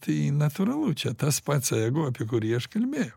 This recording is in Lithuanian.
tai natūralu čia tas pats ego apie kurį aš kalbėjau